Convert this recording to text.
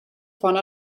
font